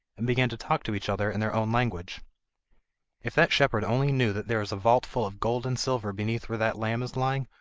and began to talk to each other in their own language if that shepherd only knew that there is a vault full of gold and silver beneath where that lamb is lying,